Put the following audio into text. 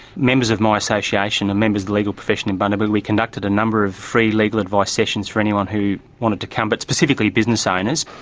members of my association or members of the legal profession in bundaberg, we conducted a number of free legal advice sessions for anyone who wanted to come but specifically business owners.